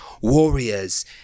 warriors